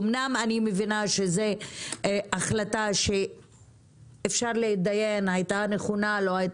אומנם אני מבינה שזו החלטה שאפשר להתדיין אם היא הייתה נכונה או לא,